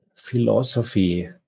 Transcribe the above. philosophy